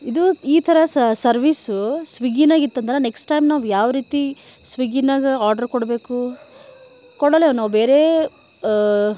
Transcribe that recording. ಇದೂ ಈ ಥರ ಸರ್ವೀಸು ಸ್ವಿಗ್ಗಿನಾಗ ಇತ್ತಂದ್ರೆ ನೆಕ್ಸ್ಟ್ ಟೈಮ್ ನಾವು ಯಾವ ರೀತಿ ಸ್ವಿಗ್ಗಿನಾಗ ಆರ್ಡ್ರ್ ಕೊಡಬೇಕು ಕೊಡಲೇವು ನಾವು ಬೇರೇ